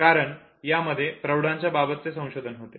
कारण यामध्ये प्रौढांच्या बाबतचे संशोधन होते